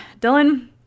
dylan